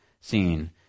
seen